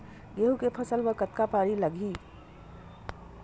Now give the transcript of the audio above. गेहूं के फसल म कतका पानी लगही?